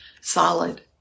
solid